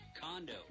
condo